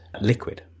liquid